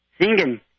singing